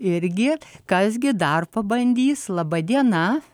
irgi kas gi dar pabandys laba diena